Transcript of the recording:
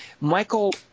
Michael